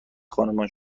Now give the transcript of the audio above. خانمان